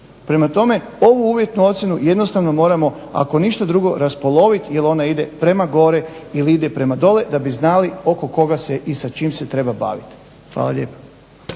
Prema tome ovu uvjetnu ocjenu jednostavno moramo ako ništa drugo raspoloviti jel ona ide prema gore ili ide prema dole da bi znali oko koga se i sa čim se treba baviti. Hvala lijepa.